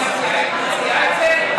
היית מציעה את זה,